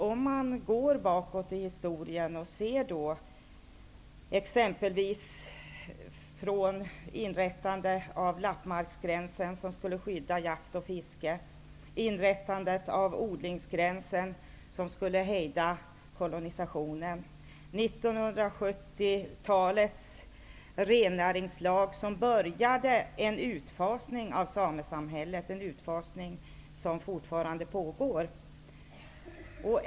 Om vi går tillbaka i historien, ser vi t.ex. inrättandet av lappmarksgränsen som skulle skydda jakt och fiske, inrättandet av odlingsgränsen, som skulle hejda kolonisationen, 1970-talets rennäringslag, som började en utfasning av samesamhället -- en utfasning som fortfarande pågår.